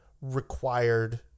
required